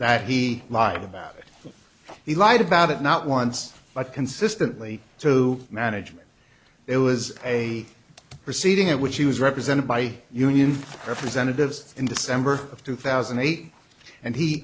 that he lied about it he lied about it not once but consistently to management it was a proceeding at which he was represented by union representatives in december of two thousand and eight and he